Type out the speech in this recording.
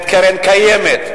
את הקרן הקיימת.